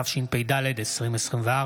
התשפ"ד 2024,